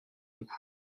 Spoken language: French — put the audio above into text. loups